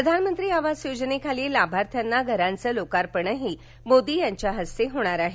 प्रधानमंत्री आवास योजनेखाली लाभार्थ्याना घरांचं लोकार्पणही मोदी यांच्या हस्ते होणार आहे